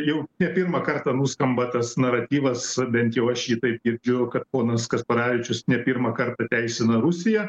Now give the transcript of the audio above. jau ne pirmą kartą nuskamba tas naratyvas bent jau aš jį taip girdžiu kad ponas kasparavičius ne pirmąkart pateisina rusiją